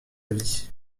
vie